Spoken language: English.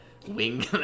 wing